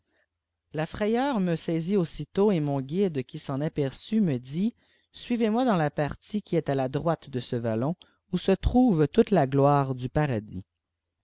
l ayeuf me aisit aussitôt etpon guide qiiii s'en apsut me dit suivez-moi dans la partie qui est à la drciitq de ee vauani où iitiuve lûiite la gloire du paradis